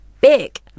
big